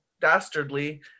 dastardly